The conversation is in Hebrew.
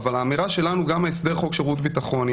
אבל האמירה שלנו וגם ההסדר בחוק שירות ביטחון היא